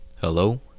Hello